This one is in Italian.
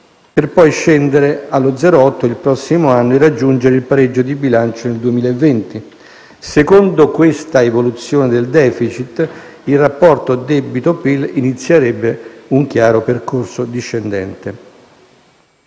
per poi scendere allo 0,8 nel prossimo anno e raggiungere il pareggio di bilancio nel 2020. Secondo questa evoluzione del *deficit*, il rapporto debito/PIL inizierebbe un chiaro percorso discendente.